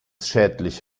schädlich